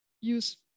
use